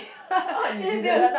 you didn't